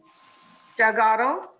doug otto.